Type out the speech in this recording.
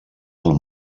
del